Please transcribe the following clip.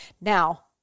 Now